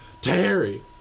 Terry